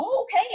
okay